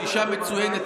אישה מצוינת,